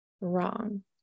wrong